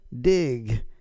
dig